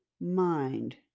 mind